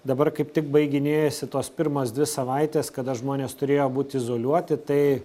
dabar kaip tik baiginėjosi tos pirmos dvi savaitės kada žmonės turėjo būti izoliuoti tai